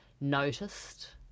noticed